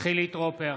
חילי טרופר,